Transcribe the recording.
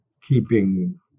keeping